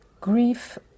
grief